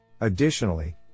Additionally